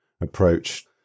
approach